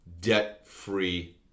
debt-free